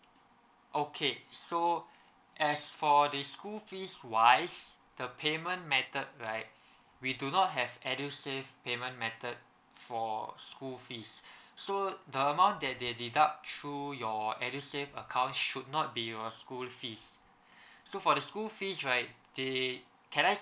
okay so as for the school fees wise the payment method right we do not have edusave payment method for school fees so the amount that they deduct through your edusave account should not be your school fees so for the school fees right they can I